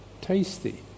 tasty